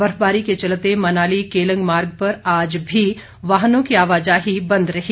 बर्फबारी के चलते मनाली केलंग मार्ग पर आज भी वाहनों की आवाजाही बंद रही